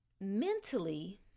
Mentally